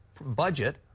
budget